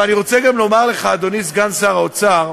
אבל אני רוצה גם לומר לך, אדוני סגן שר האוצר,